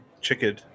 chicken